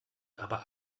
aber